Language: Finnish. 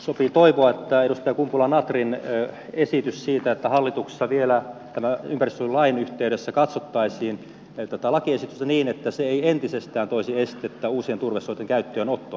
sopii toivoa että edustaja kumpula natrin esitys siitä että hallituksessa vielä ympäristönsuojelulain yhteydessä katsottaisiin tätä lakiesitystä niin että se ei entisestään toisi estettä uusien turvesoitten käyttöönottoon